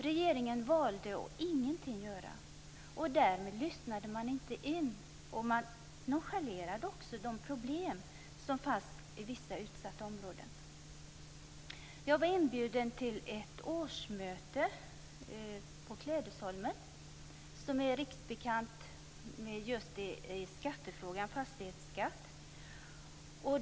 Regeringen valde att ingenting göra. Därmed lyssnade man inte in utan nonchalerade de problem som fanns i vissa utsatta områden. Jag var inbjuden till ett årsmöte på Klädesholmen, som är riksbekant just i fastighetsskattefrågan.